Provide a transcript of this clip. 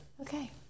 Okay